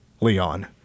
Leon